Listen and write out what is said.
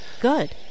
Good